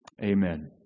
Amen